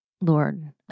Lord